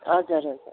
हजुर हजुर